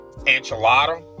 enchilada